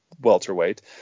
welterweight